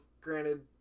Granted